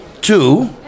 two